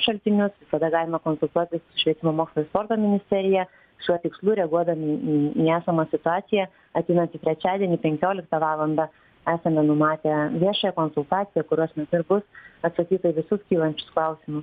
šaltinius visada galima konsultuotis su švietimo mokslo ir sporto ministerija šiuo tikslu reaguodami į į esamą situaciją ateinantį trečiadienį penkioliktą valandą esame numatę viešąją konsultaciją kurios bus atsakyta į visus kylančius klausimus